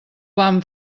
van